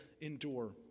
endure